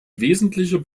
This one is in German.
wesentlicher